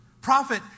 Prophet